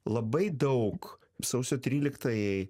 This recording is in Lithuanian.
labai daug sausio tryliktajai